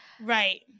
Right